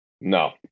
No